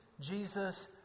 Jesus